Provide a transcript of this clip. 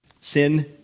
sin